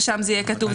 ושם זה יהיה כתוב.